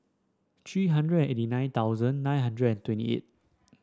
three hundred eighty nine thousand nine hundred and twenty eight